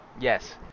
Yes